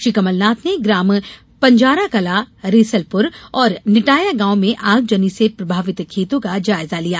श्री कमलनाथ ने ग्राम पांजराकला रेशलपुर और निटाया गांव में आगजनी से प्रभावित खेतों का जायजा लिया